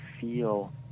feel